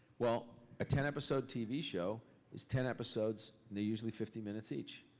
well, a ten episode tv show is ten episodes, and they're usually fifty minutes each.